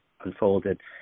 unfolded